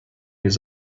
his